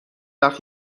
وقت